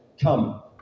Come